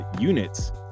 units